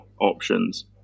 options